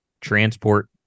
transport